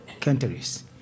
countries